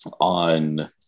on